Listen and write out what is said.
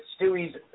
Stewie's